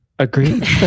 Agreed